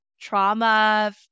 trauma